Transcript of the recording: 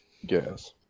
Yes